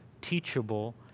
teachable